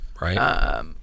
Right